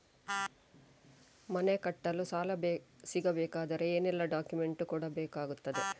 ಮನೆ ಕಟ್ಟಲು ಸಾಲ ಸಿಗಬೇಕಾದರೆ ಏನೆಲ್ಲಾ ಡಾಕ್ಯುಮೆಂಟ್ಸ್ ಕೊಡಬೇಕಾಗುತ್ತದೆ?